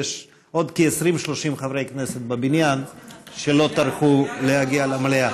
ויש עוד כ-20 30 חברי כנסת בבניין שלא טרחו להגיע למליאה.